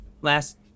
last –